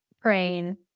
praying